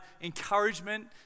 encouragement